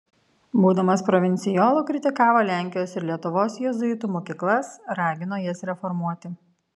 būdamas provincijolu kritikavo lenkijos ir lietuvos jėzuitų mokyklas ragino jas reformuoti